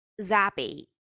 Zappy